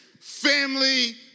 family